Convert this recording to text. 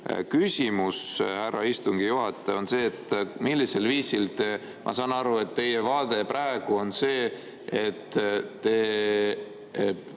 ole. Küsimus, härra istungi juhataja, on see, et millisel viisil te ... Ma saan aru, et teie vaade praegu on see, et te